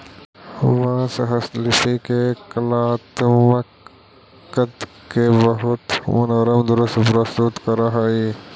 बाँस हस्तशिल्पि के कलात्मकत के बहुत मनोरम दृश्य प्रस्तुत करऽ हई